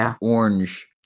orange